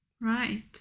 Right